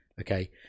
okay